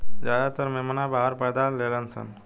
ज्यादातर मेमना बाहर पैदा लेलसन